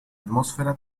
atmósfera